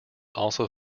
also